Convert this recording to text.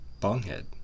Bonghead